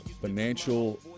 financial